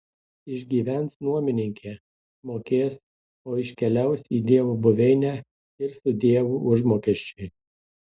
išgyvens nuomininkė mokės o iškeliaus į dievo buveinę ir sudieu užmokesčiui